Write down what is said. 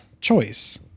choice